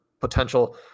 potential